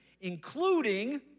including